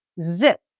zip